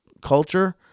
culture